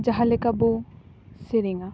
ᱡᱟᱦᱟᱸ ᱞᱮᱠᱟ ᱵᱚ ᱥᱮᱨᱮᱧᱟ